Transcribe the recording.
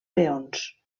peons